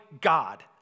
God